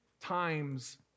times